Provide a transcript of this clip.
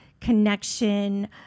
connection